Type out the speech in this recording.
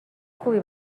خوبی